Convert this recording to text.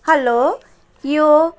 hello यो